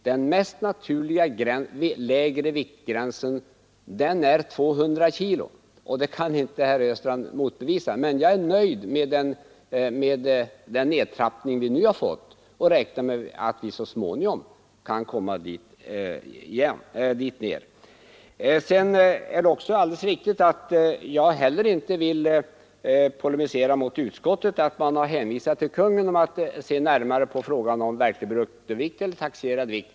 Den mest naturliga lägre viktgränsen är 200 kg; detta påstående kan inte herr Östrand motbevisa. Men jag är nöjd med den nedtrappning vi nu har fått och räknar med att vi så småningom skall komma ner till en gräns av 200 kg. Det är alldeles riktigt att jag inte heller vill polemisera mot att Nr 66 utskottet har föreslagit att Kungl. Maj:t skall få se närmare på frågan om Onsdagen den verklig bruttovikt kontra taxerad vikt.